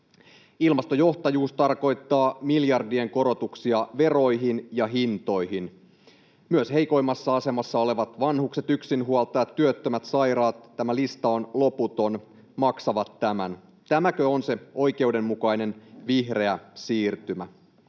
Ilmastojohtajuus tarkoittaa miljardien korotuksia veroihin ja hintoihin. Myös heikoimmassa asemassa olevat vanhukset, yksinhuoltajat, työttömät, sairaat — tämä lista on loputon — maksavat tämän. Tämäkö on se oikeudenmukainen vihreä siirtymä?